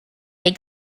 they